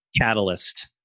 catalyst